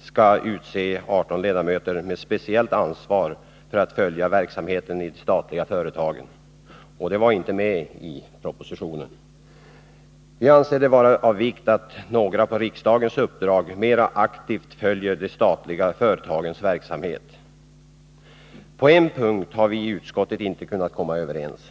skall utse 18 ledamöter med speciellt ansvar för att följa verksamheten i de statliga företagen. Detta var inte med i propositionen. Vi anser det vara av vikt att några ledamöter på riksdagens uppdrag mera aktivt följer de statliga företagens verksamhet. På en punkt har vi i utskottet inte kunnat komma överens.